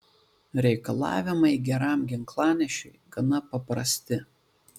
reikalavimai geram ginklanešiui gana paprasti